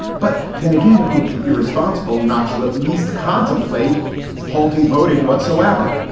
but then again, it would be irresponsible not to at least contemplate halting voting whatsoever.